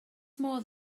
modd